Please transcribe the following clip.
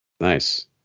Nice